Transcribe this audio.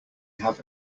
have